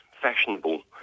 fashionable